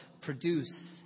produce